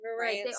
Right